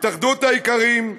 התאחדות האיכרים,